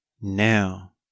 now